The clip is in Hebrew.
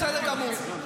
בסדר גמור.